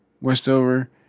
Westover